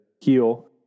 heal